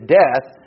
death